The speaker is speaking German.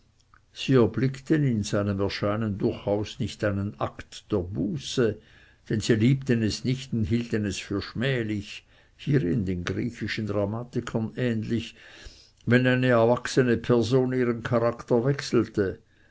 sie erblickten in seinem erscheinen durchaus nicht einen akt der buße denn sie liebten es nicht und hielten es für schmählich hierin den griechischen dramatikern ähnlich wenn eine erwachsene person ihren charakter wechselte